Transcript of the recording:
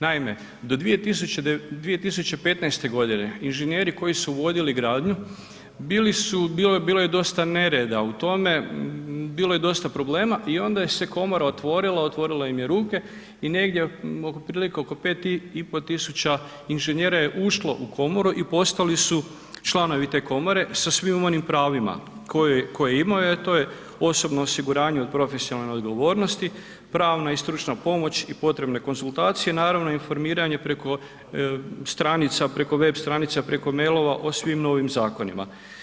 Naime, do 2015. g. inženjeri koji su vodili gradnju bili su, bilo je dosta nereda u tome, bilo je dosta problema i onda se komora otvorila, otvorilo im je ruke i negdje oko otprilike oko 5 i pol tisuća inženjera je ušlo u komoru i postali su članovi te komore sa svim onim pravima koje imaju, a to je osobno osiguranje od profesionalne odgovornosti, pravna i stručna pomoć i potrebne konzultacije, naravno, informiranje preko stranica, preko web stranica, preko mailova o svim novim zakonima.